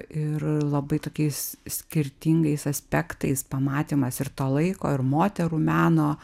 ir labai tokiais skirtingais aspektais pamatymas ir to laiko ir moterų meno